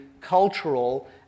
cultural